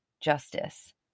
justice